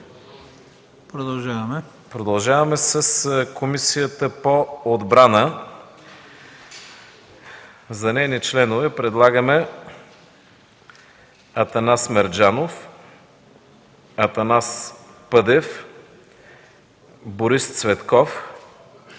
Продължаваме с Комисията по отбрана. За нейни членове предлагаме: Атанас Мерджанов, Атанас Пъдев, Борис Цветков,